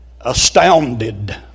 astounded